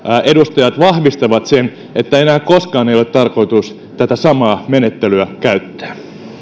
edustajat vahvistavat sen että enää koskaan ei ole tarkoitus tätä samaa menettelyä käyttää